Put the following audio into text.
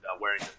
wearing